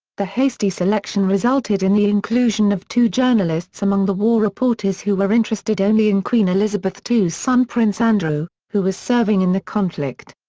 the hasty selection resulted in the inclusion of two journalists among the war reporters who were interested only in queen elizabeth ii's son prince andrew, who was serving in the conflict.